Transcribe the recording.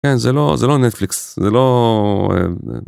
זה לא נטפליקס, זה לא... אממ...